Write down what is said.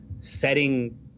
setting